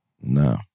No